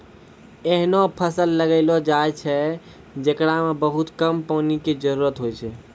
ऐहनो फसल लगैलो जाय छै, जेकरा मॅ बहुत कम पानी के जरूरत होय छै